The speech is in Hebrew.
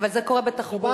אבל זה קורה בתחבורה,